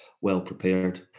well-prepared